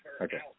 Okay